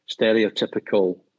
stereotypical